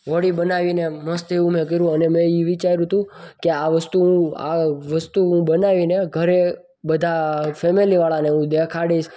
હોડી બનાવીને મસ્ત એવું મેં કર્યું અને એ વિચાર્યું તું કે આ વસ્તુ આ વસ્તુ હું બનાવી ને ઘરે બધા ફેમિલીવાળાને હું દેખાડીશ